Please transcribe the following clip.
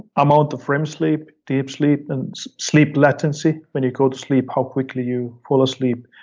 amount of rem sleep, deep sleep and sleep latency, when you go to sleep, how quickly you fall asleep.